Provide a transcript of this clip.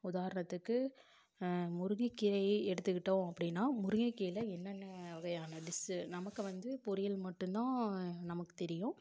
உதாரணத்துக்கு முருங்கைக்கீரை எடுத்துக்கிட்டோம் அப்படின்னா முருங்கைக்கீரையில என்னென்ன வகையான டிஷ் நமக்கு வந்து பொரியல் மட்டும் தான் நமக்கு தெரியும்